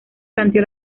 planteó